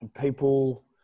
People